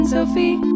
Sophie